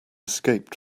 escaped